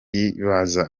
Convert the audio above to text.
yibaza